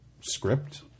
script